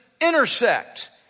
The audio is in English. intersect